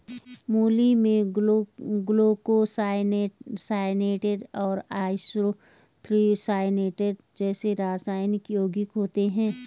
मूली में ग्लूकोसाइनोलेट और आइसोथियोसाइनेट जैसे रासायनिक यौगिक होते है